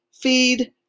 Feed